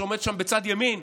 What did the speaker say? שעומד שם בצד ימין,